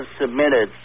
submitted